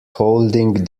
holding